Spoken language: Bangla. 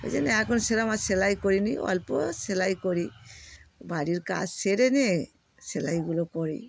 ওই জন্য এখন সেরম আর সেলাই করি না অল্প সেলাই করি বাড়ির কাজ সেরে নিয়ে সেলাইগুলো করি